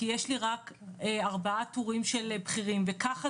כי יש לי רק ארבעה טורים של בכירים" ולהגיד "ככה